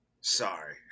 Sorry